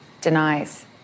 denies